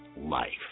life